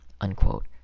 unquote